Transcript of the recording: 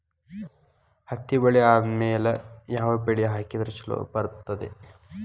ಹತ್ತಿ ಬೆಳೆ ಆದ್ಮೇಲ ಯಾವ ಬೆಳಿ ಹಾಕಿದ್ರ ಛಲೋ ಬರುತ್ತದೆ?